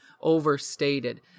overstated